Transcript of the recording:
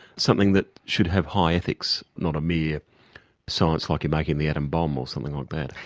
something that should have high ethics, not a mere science like you're making the atom bomb or something like that.